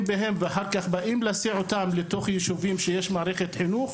בהם כילדים שזכאים להסעות ליישובים בהם כן יש מוסדות חינוך.